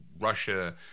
russia